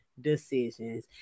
decisions